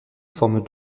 forment